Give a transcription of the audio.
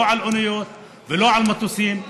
לא באוניות ולא במטוסים,